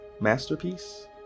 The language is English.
Masterpiece